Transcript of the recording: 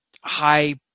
high